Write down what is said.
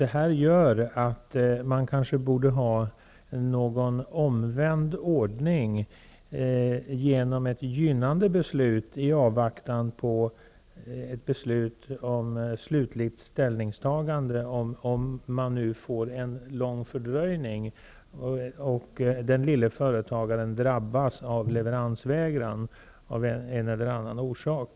Därför borde det kanske förekomma en omvänd ordning genom ett gynnande beslut i avvaktan på ett slutligt ställningstagande i de fall det drar ut på tiden och den lille företagaren av en eller annan orsak drabbas av leveransvägran.